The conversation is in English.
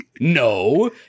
No